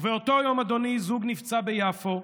ובאותו יום, אדוני, זוג נפצע ביפו.